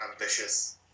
ambitious